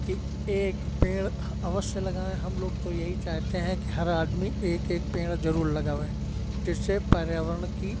कि एक पेड़ अवश्य लगाएँ हम लोग तो यही चाहते हैं कि हर आदमी एक एक पेड़ ज़रूर लगावे जिससे पर्यावरण की